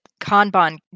Kanban